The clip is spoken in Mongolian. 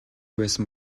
байсан